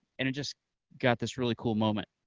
and it just got this really cool moment.